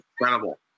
incredible